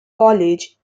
college